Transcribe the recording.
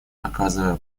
оказывая